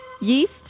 yeast